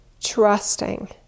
trusting